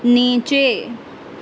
نیچے